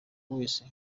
wese